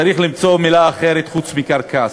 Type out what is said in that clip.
צריך למצוא מילה אחרת חוץ מקרקס.